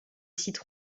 site